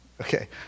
okay